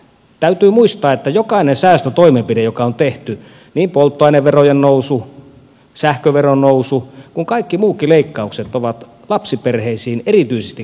täytyy muistaa että jokainen säästötoimenpide joka on tehty niin polttoaineverojen nousu sähköveron nousu kuin kaikki muutkin leikkaukset on lapsiperheisiin erityisesti kohdistunut